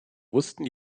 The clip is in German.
wussten